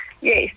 Yes